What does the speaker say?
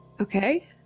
Okay